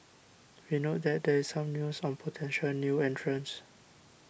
we note that there is some news on potential new entrants